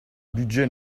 budget